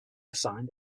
assigned